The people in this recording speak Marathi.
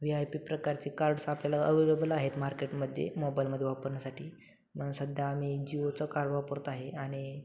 व्ही आय पी प्रकारचे कार्ड्स आपल्याला अवेलेबल आहेत मार्केटमध्ये मोबाईलमध्ये वापरण्यासाठी म्हणून सध्या आम्ही जिओचा कार्ड वापरत आहे आणि